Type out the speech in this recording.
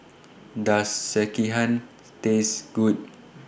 Does Sekihan Taste Good